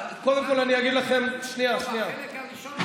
קודם כול אני אגיד לכם ------ החלק הראשון --- שנייה,